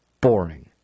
boring